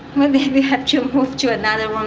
maybe we have to move to another